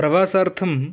प्रवासार्थम्